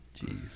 Jeez